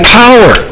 power